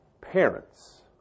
parents